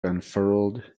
unfurled